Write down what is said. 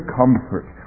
comfort